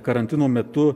karantino metu